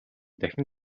дахин